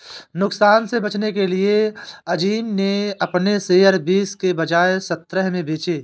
नुकसान से बचने के लिए अज़ीम ने अपने शेयर बीस के बजाए सत्रह में बेचे